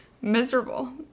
miserable